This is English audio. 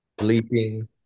Bleeping